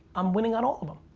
i'm winning on all of em.